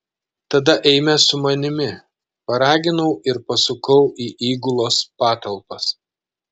tada eime su manimi paraginau ir pasisukau į įgulos patalpas